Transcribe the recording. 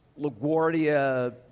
LaGuardia